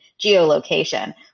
geolocation